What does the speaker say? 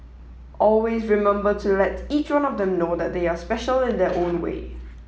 always remember to let each one of them know that they are special in their own way